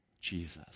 Jesus